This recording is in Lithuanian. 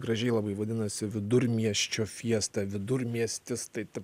gražiai labai vadinasi vidurmieščio fiesta vidurmiestis tai taip